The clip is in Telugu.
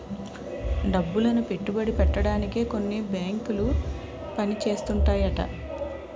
డబ్బులను పెట్టుబడి పెట్టడానికే కొన్ని బేంకులు పని చేస్తుంటాయట